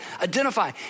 identify